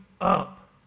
up